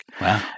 Wow